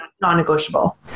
non-negotiable